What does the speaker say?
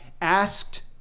asked